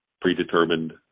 predetermined